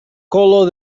color